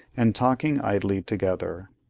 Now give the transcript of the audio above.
and talking idly together.